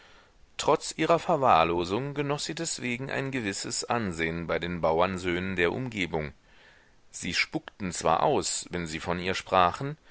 trotz ihrer verwahrlosung genoß sie deswegen ein gewisses ansehen bei den bauernsöhnen der umgebung sie spuckten zwar aus wenn sie von ihr sprachen